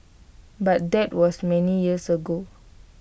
but that was many years ago